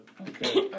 Okay